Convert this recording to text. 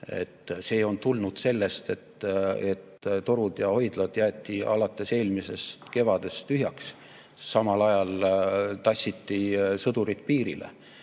See on tulnud sellest, et torud ja hoidlad jäeti alates eelmisest kevadest tühjaks, samal ajal tassiti sõdurid piirile.